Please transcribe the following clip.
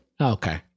okay